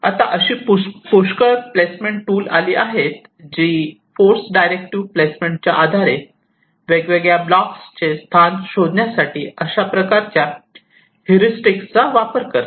आता अशी पुष्कळ प्लेसमेंट टूल आली आहेत जी फोर्स डायरेक्टिव्ह प्लेसमेंटच्या आधारे वेगवेगळ्या ब्लॉक्स चे स्थान शोधण्यासाठी अशा प्रकारच्या हेरिस्टिकचा वापर करतात